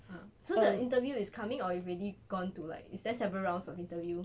!huh! so the interview is coming or you already gone to like is there several rounds of interview